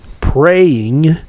praying